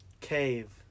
cave